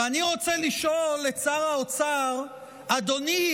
ואני רוצה לשאול את שר האוצר: אדוני,